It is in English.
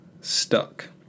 stuck